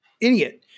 idiot